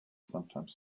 sometimes